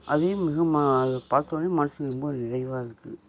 அதே மிகவும் அதை பார்த்தொன்னே மனசுக்கு ரொம்ப நிறைவாக இருக்குது